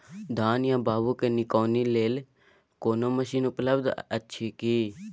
धान या बाबू के निकौनी लेल कोनो मसीन उपलब्ध अछि की?